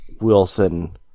Wilson